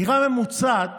דירה ממוצעת